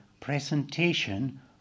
presentation